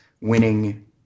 winning